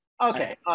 Okay